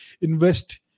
invest